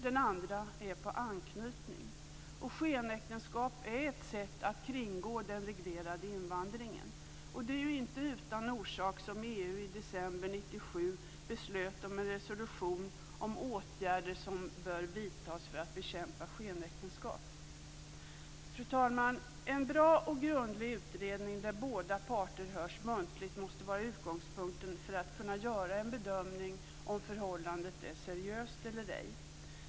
Det andra är anknytning. Skenäktenskap är ett sätt att kringgå den reglerade invandringen. Det var inte utan orsak som EU i december 1997 beslöt om en resolution med åtgärder som bör vidtas för att bekämpa skenäktenskap. Fru talman! En bra och grundlig utredning där båda parter hörs muntligt måste vara utgångspunkten för att kunna göra en bedömning om förhållandet är seriöst eller ej.